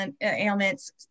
ailments